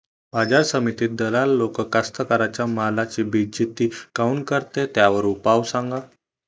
बाजार समितीत दलाल लोक कास्ताकाराच्या मालाची बेइज्जती काऊन करते? त्याच्यावर उपाव सांगा